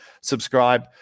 subscribe